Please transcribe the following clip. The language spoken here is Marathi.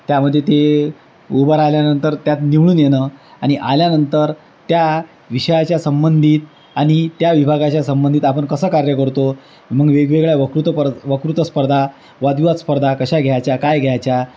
त्यामध्ये ते उभं राहिल्यानंतर त्यात निवडून येणं आणिआल्यानंतर त्या विषयाच्या संबंधित आणि त्या विभागाच्या संबंधित आपण कसा कार्य करतो मग वेगवेगळ्या वकृत पर वकृत स्पर्धा वदविवाद स्पर्धा कशा घ्यायच्या काय घ्यायच्या